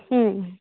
ಹ್ಞೂ